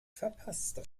verpasste